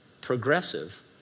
progressive